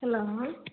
hello